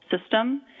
system